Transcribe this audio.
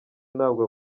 ntabwo